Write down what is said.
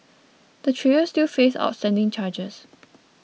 the trio still face outstanding charges